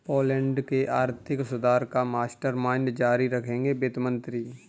Poland के आर्थिक सुधार का मास्टरमाइंड जारी रखेंगे वित्त मंत्री